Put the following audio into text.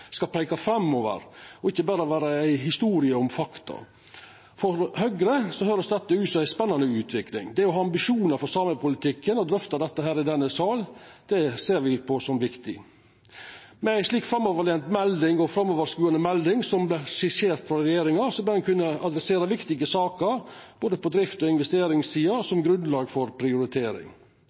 skal peika framover og ikkje berre vera ei historie om fakta. For Høgre høyrest dette ut som ei spennande utvikling. Det å ha ambisjonar for samepolitikken og drøfta dette her i denne sal ser me på som viktig. Med ei slik framoverskodande melding som skissert frå regjeringa, bør ein kunna adressera viktige saker både på drift og på investeringssida som grunnlag for prioritering.